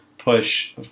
push